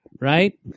right